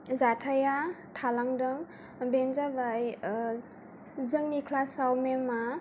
जाथाया थालांदोंं बेनो जाबाय जोंनि क्लासाव मेमआ